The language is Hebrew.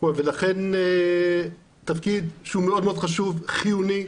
לכן תפקיד שהוא מאוד חשוב, חיוני,